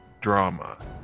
drama